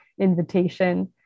invitation